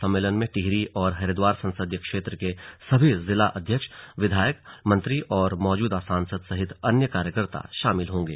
सम्मेलन में टिहरी और हरिद्वार संसदीय क्षेत्र के सभी जिला अध्यक्ष विधायक मंत्री और मौजूदा सांसद सहित अन्य कार्यकर्ता शामिल होंगे